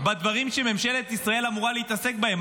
בדברים שממשלת ישראל אמורה להתעסק בהם?